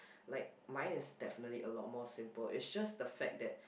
like mine is definitely a lot more simple it's just the fact that